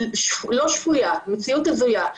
לא שפויה, מציאות הזויה.